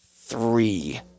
three